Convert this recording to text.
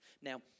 Now